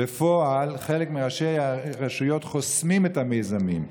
בפועל, חלק מראשי הרשויות חוסמים את המיזמים.